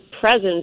presence